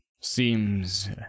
Seems